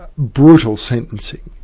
brutal sentencing.